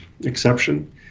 exception